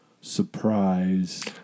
surprise